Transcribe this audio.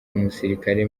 umusirikare